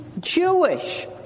Jewish